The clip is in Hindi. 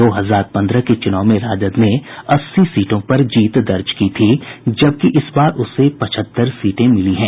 दो हजार पन्द्रह के चुनाव में राजद ने अस्सी सीटों पर जीत दर्ज की थी जबकि इस बार उसे पचहत्तर सीटें मिली हैं